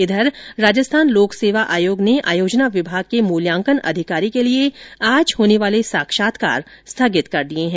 इधर राजस्थान लोक सेवा आयोग ने आयोजना विभाग के मूल्यांकन अधिकारी के लिए आज होने वाले साक्षात्कार स्थगित कर दिए हैं